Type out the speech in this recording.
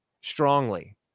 strongly